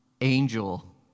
angel